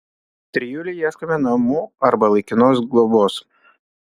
trijulei ieškome namų arba laikinos globos